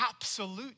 absolute